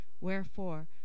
wherefore